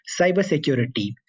cybersecurity